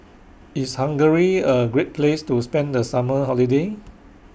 IS Hungary A Great Place to spend The Summer Holiday